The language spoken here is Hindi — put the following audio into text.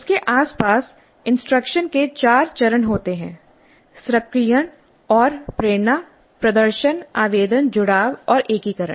उसके आसपास इंस्ट्रक्शन के 4 चरण होते हैं सक्रियण और प्रेरणा प्रदर्शन आवेदन जुड़ाव और एकीकरण